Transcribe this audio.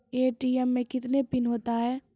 ATM मे कितने pin होता हैं?